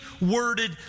worded